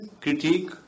critique